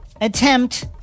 attempt